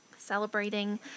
celebrating